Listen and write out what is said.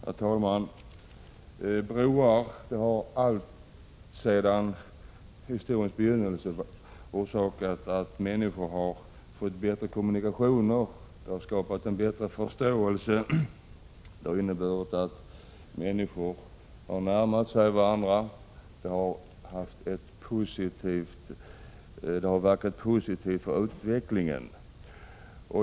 Herr talman! Broar har alltsedan historiens begynnelse lett till bättre kommunikationer mellan människor. De har skapat en bättre förståelse och inneburit att människor har närmat sig varandra. De har inverkat positivt på utvecklingen.